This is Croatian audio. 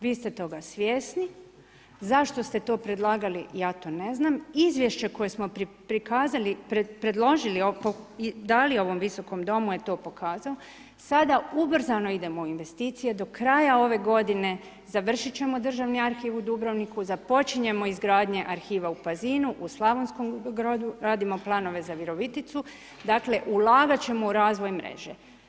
Vi ste toga svjesni, zašto ste to predlagali, ja to ne znam, izvješće koje smo prikazali, predložili, dali ovom Viskom domu je to pokazalo, sada ubrzano idemo u investicije, do kraja ove godine završit ćemo Državni arhiv u Dubrovniku, započinjemo izgradnje arhiva u Pazinu, Slavonskom Brodu, radimo planove za Viroviticu, dakle ulagat ćemo u razvoj mreže.